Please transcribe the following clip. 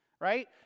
right